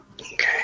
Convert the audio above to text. Okay